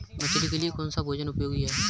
मछली के लिए कौन सा भोजन उपयोगी है?